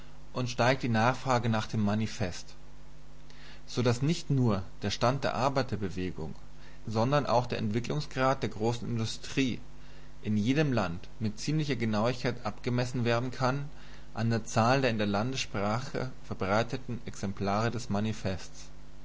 und steigt die nachfrage nach dem manifest so daß nicht nur der stand der arbeiterbewegung sondern auch der entwicklungsgrad der großen industrie in jedem land mit ziemlicher genauigkeit abgemessen werden kann an der zahl der in der landessprache verbreiteten exemplare des manifests